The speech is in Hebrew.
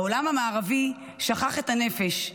העולם המערבי שכח את הנפש,